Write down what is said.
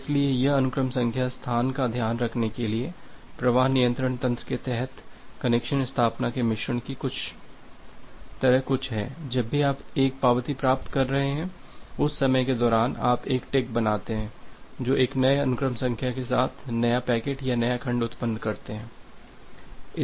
इसलिए यह अनुक्रम संख्या स्थान का ध्यान रखने के लिए प्रवाह नियंत्रण तंत्र के तहत कनेक्शन स्थापना के मिश्रण की तरह कुछ है कि जब भी आप एक पावती प्राप्त कर रहे हैं उस समय के दौरान आप एक टिक बनाते हैं जो एक नए अनुक्रम संख्या के साथ नया पैकेट या नया खंड उत्पन्न करते हैं